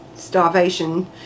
Starvation